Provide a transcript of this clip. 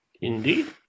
Indeed